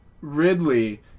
Ridley